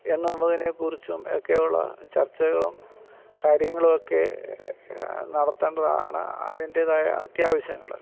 എന്നുള്ളതിനെ കുറിച്ചും ഒക്കെയുള്ള ചർച്ചകളും കാര്യങ്ങളും ഒക്കെ നടത്തേണ്ടത് ആണ് അതിൻ്റേതായ അത്യാവശ്യങ്ങൾ